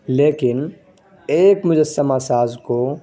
لیکن ایک مجسمہ ساز کو